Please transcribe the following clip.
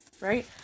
right